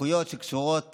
בסמכויות שקשורות